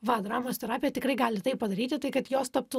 va dramos terapija tikrai gali tai padaryti tai kad jos taptų